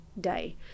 day